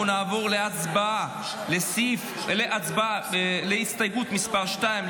אנחנו נעבור להצבעה על הסתייגות מס' 2,